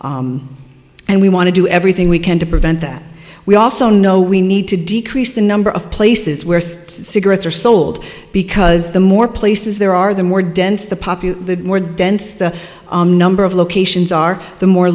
and we want to do everything we can to prevent that we also know we need to decrease the number of places where cigarettes are sold because the more places there are the more dense the popular the more dense the number of locations are the more